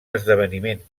esdeveniment